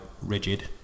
rigid